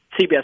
CBS